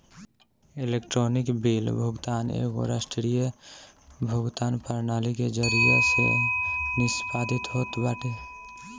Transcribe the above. electronic bill भुगतान एगो राष्ट्रीय भुगतान प्रणाली के जरिया से निष्पादित होत बाटे